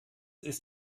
ist